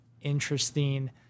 interesting